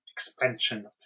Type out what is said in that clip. expansion